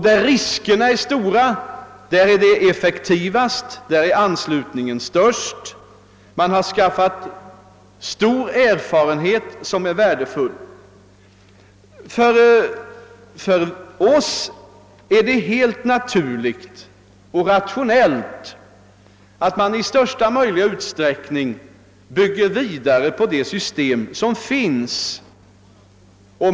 Där riskerna är stora, där är det effektivast, där är anslutningen störst. Man har skaffat sig stor erfarenhet, vilket också är värdefullt. För oss ter det sig helt naturligt och rationellt att bygga vidare på det system som redan finns.